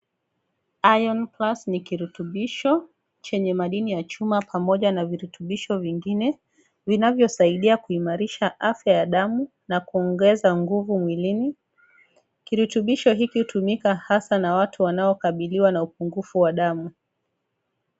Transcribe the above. Iron Plus ni kiturubisho chenye madini ya chuma pamoja na virutubisho vingine vinavyosaidia kuimarisha afya ya damu na kuongeza nguvu mwilini. Kirutubisho hiki hutumika hasa na watu wanaokabiliwa na upungufu wa damu.